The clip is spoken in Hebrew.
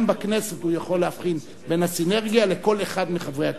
גם בכנסת הוא יכול להבחין בין הסינרגיה לכל אחד מחברי הכנסת,